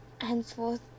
henceforth